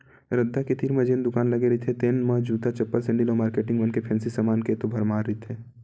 रद्दा के तीर म जेन दुकान लगे रहिथे तेन म जूता, चप्पल, सेंडिल अउ मारकेटिंग मन के फेंसी समान के तो भरमार रहिथे